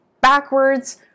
backwards